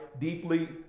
deeply